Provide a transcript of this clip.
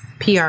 PR